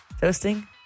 Toasting